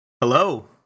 Hello